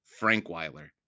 Frankweiler